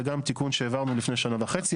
זה גם תיקון שהעברנו לפני שנה וחצי.